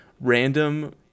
random